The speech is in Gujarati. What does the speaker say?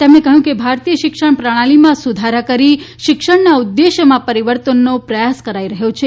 તેમણે કહ્યું કે ભારતીય શિક્ષણ પ્રણાલીમાં સુધારા કરી શિક્ષણના ઉદ્દેશમાં પરિવર્તનનો પ્રયાસ કરાઇ રહ્યો છે